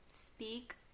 speak